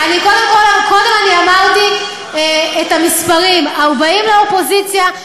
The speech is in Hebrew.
קודם אני אמרתי את המספרים: 40 לאופוזיציה,